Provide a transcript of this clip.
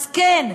אז כן,